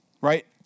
right